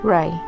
Ray